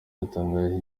yatangaje